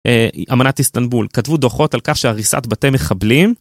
אמנת איסטנבול כתבו דוחות על כך שהריסת בתי מחבלים.